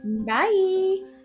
Bye